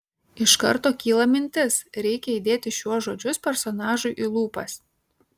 iš karto kyla mintis reikia įdėti šiuos žodžius personažui į lūpas